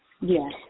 Yes